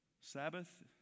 Sabbath